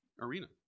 arena